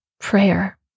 Prayer